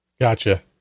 Gotcha